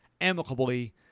amicably